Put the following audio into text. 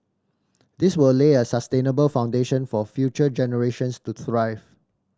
this will lay a sustainable foundation for future generations to thrive